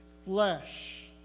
flesh